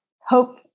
hope